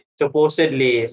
supposedly